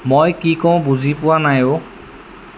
মই কি কওঁ বুজি পোৱা নাই অ'